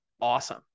awesome